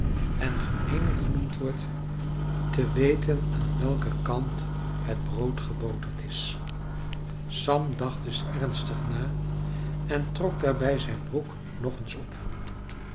en gemeenlijk genoemd wordt te weten aan welken kant het brood geboterd is sam dacht dus ernstig na en trok daarbij zijn broek nog eens op